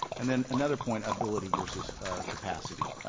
and then another point, ability versus capacity.